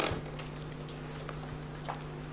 הישיבה ננעלה בשעה 11:55.